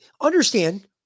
understand